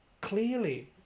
clearly